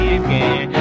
again